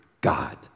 God